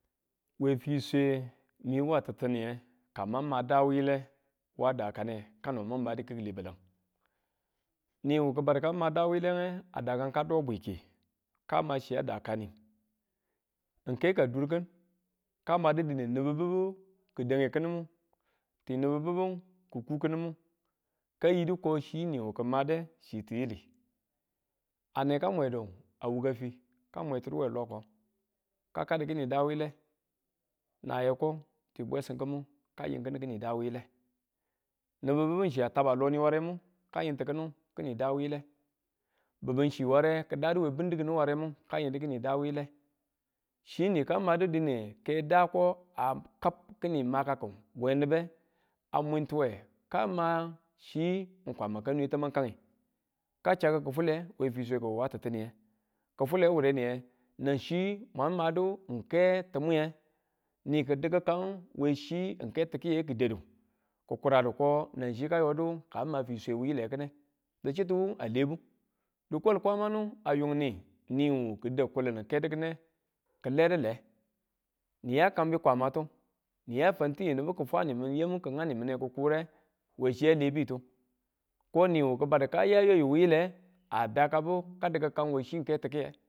We fiswe, ni wa ti̱ttiniye ka ma ma daa wuyile wa dakane kano ma madu ki̱ki wale baleng, niyu kibandu ka ma da wuyile a daka ka do bwithiyu, ka ma chiya dakane, n ke ka durkin ka madu dine nibibu ki dange kinimu, ti nibubu dange kinimu i nibubu, kikuu kinimu ka yidu ko chi ni ki̱ made chi tiyili ane ka mwedu a wuka fi ka mwe tidu we loko ka kadu ki̱nin daa wuyile, nayeko n ti bwesim ki̱mi ka yindu kini daa wuyile, nibubu chi a taba loni ware ka yintu kinu kinin daa wuyile bundidu chi ware kị daduwe bundidu kini waremu ka yidu kini daa wuyile, chi ni kamadu dine ke daako akab kini makaku we nibe a mwintuwe ka ma chi Kwama kanwe tamange ka chakiki̱ fule we fwi sweko wa ti̱ttiye ki̱ fule wureniye nan chi mwang madu n ke ti̱mwiye ni ki̱ti̱ki kaang n ke ti̱kiye ki da̱du ki̱kuradu ko nang chi kanyodu kama fiswe wuyile kinne ki̱chituwu alebu dikwal kwamanu a yung ni, niwu kidau kulinu n ke dikinine kiledule niya kambi kwamatu niya fantiyu nibu kifwanimin kingau ni min kikure we a chi a lebitu ko niwu kibada ka ya yayu wu yile a dakabu ka diki kang we ng ke tikiye.